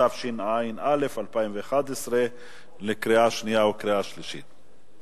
התשע"א 2011, לקריאה שנייה וקריאה שלישית.